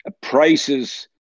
Price's